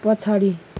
पछाडि